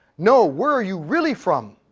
no, where are you really from?